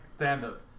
Stand-up